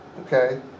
Okay